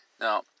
Now